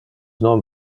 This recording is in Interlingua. non